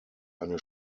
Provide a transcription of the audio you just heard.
eine